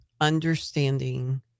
understanding